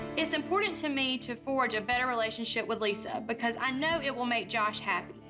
it's important to me to forge a better relationship with lisa, because i know it will make josh happy.